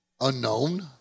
unknown